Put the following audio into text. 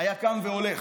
היה קם והולך.